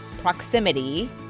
proximity